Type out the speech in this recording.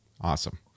Awesome